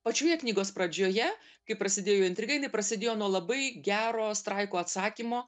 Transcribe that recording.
pačioje knygos pradžioje kai prasidėjo intriga jinai prasidėjo nuo labai gero straiko atsakymo